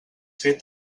fet